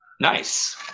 nice